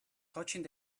touching